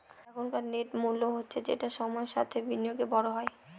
এখনকার নেট মূল্য হচ্ছে যেটা সময়ের সাথে বিনিয়োগে বড় হয়